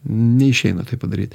neišeina taip padaryt